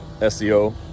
SEO